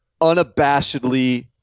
unabashedly